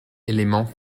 élément